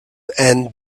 and